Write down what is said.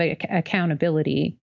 accountability